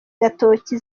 gatoki